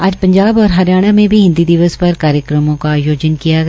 आज पंजाब और हरियाणा में भी हिन्दी दिवस पर कार्यक्रमों का आयोजन किया गया